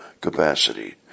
capacity